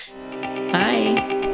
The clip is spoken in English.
Bye